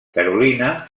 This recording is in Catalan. carolina